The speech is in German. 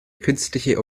künstliche